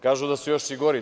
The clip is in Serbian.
Kažu da su još i gori.